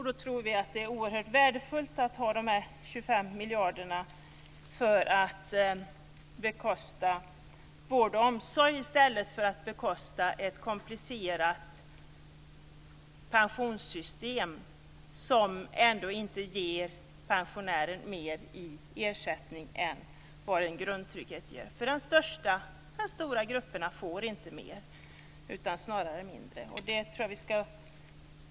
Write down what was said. Då tror vi att det är oerhört värdefullt att ha de här 25 miljarderna för att bekosta vård och omsorg i stället för att bekosta ett komplicerat pensionssystem, som ändå inte ger pensionären mer i ersättning än vad en grundtrygghet ger. De stora grupperna får inte mer, utan snarare mindre.